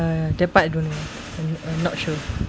uh that part don't know I'm I'm not sure